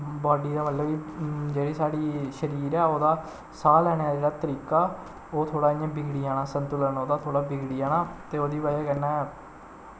body दा मतलब कि जेह्ड़ी साढ़ी शरीर ऐ ओह्दा साह् लैने दा जेह्ड़ा तरीका ओह् थोह्ड़ा इ'यां बिगड़ी जाना संतुलन ओह्दा थोह्ड़ा बिगड़ी ते ओह्दी बजह् कन्नै